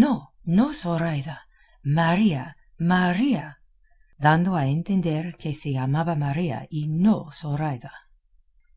no no zoraida maría maría dando a entender que se llamaba maría y no zoraida